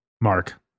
Mark